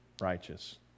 righteous